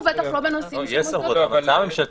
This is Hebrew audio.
יש סמכות מקבילה.